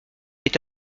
est